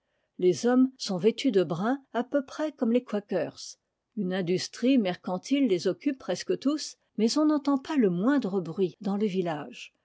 tes hommes sont vêtus de brun à peu près comme les quakers une industrie mercantile les occupe presque tous mais on n'entend pas le moindre bruit dans le village